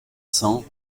cents